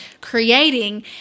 creating